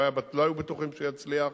לא היו בטוחים שהוא יצליח,